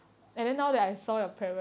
ya